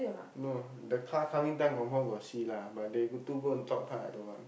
no the car coming down confirm got see lah but they two go and talk so I don't want